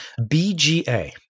BGA